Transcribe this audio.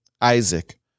Isaac